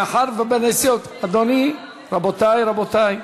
מאחר, רבותי,